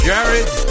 Jared